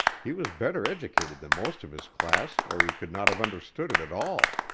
he was better educated than most of his class, or he could not have understood it at all.